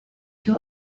two